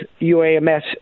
UAMS